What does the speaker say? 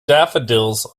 daffodils